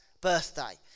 birthday